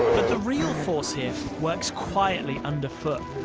the real force here works quietly underfoot.